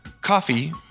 Coffee